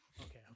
Okay